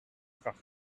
pracht